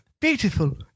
Beautiful